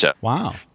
Wow